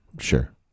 sure